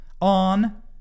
on